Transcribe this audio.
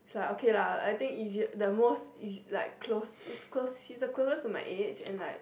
is like okay lah I think easier the most is like close is close he's the closest to my age and like